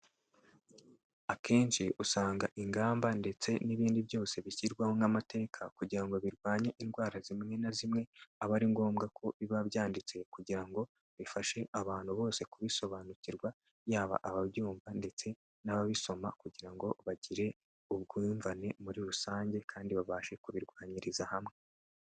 Akenshi usanga ingamba ndetse n'ibindi byose bishyirwaho nk'amateka kugira ngo birwanye indwara zimwe na zimwe, aba ari ngombwa kobabyanditse kugira ngo bifashe abantu bose kubisobanukirwa, yaba ababyumva ndetse n'ababisoma kugira ngo bagire ubwumvane muri rusange kandi babashe kubirwanyiriza hamwe.